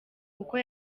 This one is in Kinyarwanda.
uko